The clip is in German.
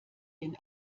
den